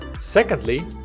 Secondly